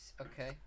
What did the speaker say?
Okay